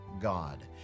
God